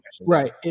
Right